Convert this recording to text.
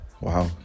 Wow